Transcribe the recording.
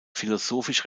philosophisch